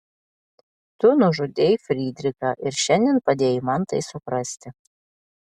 tu nužudei frydrichą ir šiandien padėjai man tai suprasti